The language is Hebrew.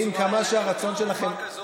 לכן, עם כמה שקשה, ועם כמה שהרצון שלכם עז,